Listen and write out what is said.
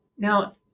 Now